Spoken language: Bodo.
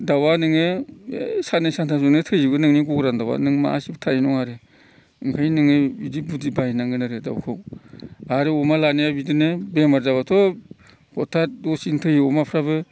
दाउआ नोङो साननै सानथाम जोंंनो थैजोबो नोंनि गग्रानि दाउआ मासेबो थानाय नङा आरो ओंखायनो नोङो इदि बुद्दि बाहायनांगोन आरो दाउखौ आरो अमा लानाया बिदिनो बेमार जाब्लाथ' हथाद दसेनो थैयो अमाफ्राबो